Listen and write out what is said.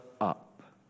up